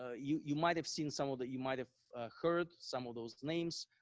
ah you you might have seen some of that, you might have heard some of those names.